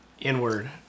inward